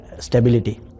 stability